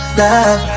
love